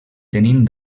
tenim